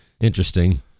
interesting